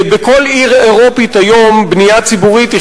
בכל עיר אירופית היום בנייה ציבורית היא